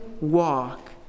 walk